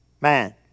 Man